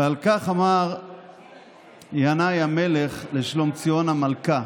ועל כך אמר ינאי המלך לשלומציון המלכה: